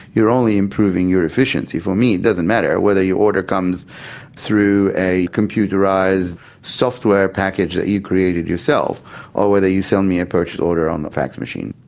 you're only improving your efficiency. for me it doesn't matter whether your order comes through a computerised software package that you created yourself or whether you sell me a purchase order on the fax machine.